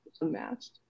unmatched